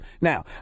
Now